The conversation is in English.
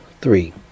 three